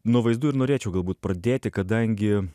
nuo vaizdų ir norėčiau galbūt pradėti kadangi